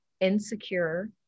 insecure